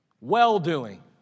well-doing